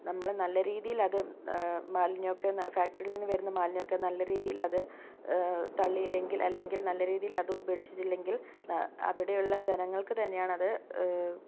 നമ്മൾ നല്ല രീതിയിൽ അത് മാലിന്യമൊക്കെ ഫാക്ടറിയിൽ നിന്ന് വരുന്ന മാലിന്യമൊക്കെ നല്ല രീതിയിൽ അത് തള്ളിയില്ലെങ്കിൽ അല്ലെങ്കിൽ നല്ല രീതിയിൽ അത് ഉപേക്ഷിച്ചില്ലെങ്കിൽ അവിടെയുള്ള ജനങ്ങൾക്ക് തന്നെയാണ് അത്